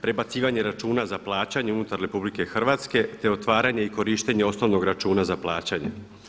Prebacivanje računa za plaćanje unutar RH, te otvaranje i korištenje osnovnog računa za plaćanje.